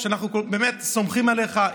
אנחנו באמת סומכים עליך,